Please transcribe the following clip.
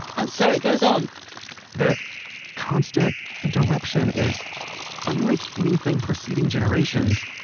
and so it goes on the constant interruption is unlike anything preceding generations